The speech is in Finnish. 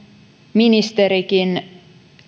ministerikin